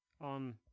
on